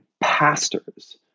pastors